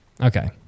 Okay